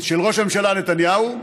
שראש הממשלה נתניהו,